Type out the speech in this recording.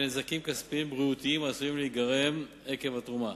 נזקים כספים ובריאותיים העשויים להיגרם עקב התרומה,